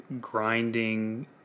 grinding